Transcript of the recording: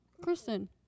Kristen